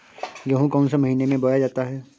गेहूँ कौन से महीने में बोया जाता है?